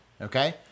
okay